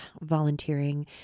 volunteering